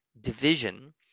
division